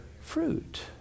fruit